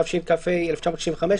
התשכ"ה-1965,